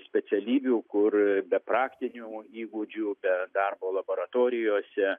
specialybių kur be praktinių įgūdžių be darbo laboratorijose